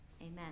Amen